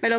etter